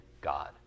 God